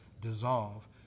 dissolve